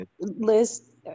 Liz